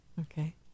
Okay